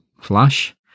flash